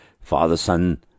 Father-Son